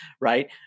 right